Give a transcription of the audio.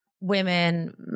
women